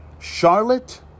Charlotte